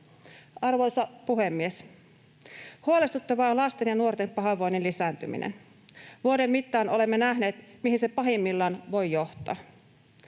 Arvoisa puhemies! Huolestuttavaa on lasten ja nuorten pahoinvoinnin lisääntyminen. Vuoden mittaan olemme nähneet, mihin se pahimmillaan voi johtaa.